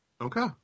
Okay